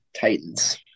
titans